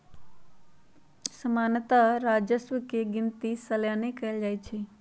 सामान्तः राजस्व के गिनति सलने कएल जाइ छइ